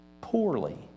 poorly